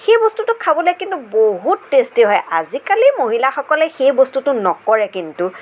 সেই বস্তুটো খাবলৈ কিন্তু বহুত টেষ্টী হয় আজিকালি মহিলাসকলে সেই বস্তুটো নকৰে কিন্তু